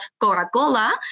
Coca-Cola